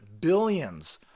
billions